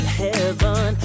heaven